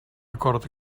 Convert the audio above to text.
acord